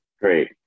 Great